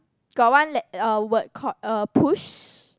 got one let~ uh word called uh push